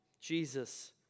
Jesus